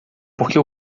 porque